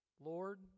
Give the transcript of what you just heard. Lord